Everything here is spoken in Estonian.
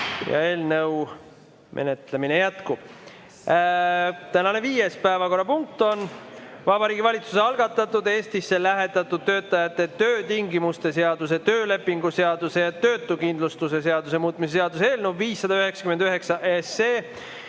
Eelnõu menetlemine jätkub. Tänane viies päevakorrapunkt on Vabariigi Valitsuse algatatud Eestisse lähetatud töötajate töötingimuste seaduse, töölepingu seaduse ja töötuskindlustuse seaduse muutmise seaduse eelnõu 599.